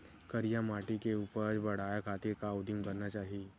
करिया माटी के उपज बढ़ाये खातिर का उदिम करना चाही?